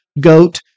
goat